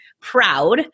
proud